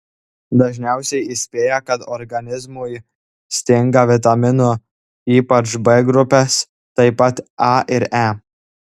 dažniausiai įspėja kad organizmui stinga vitaminų ypač b grupės taip pat a ir e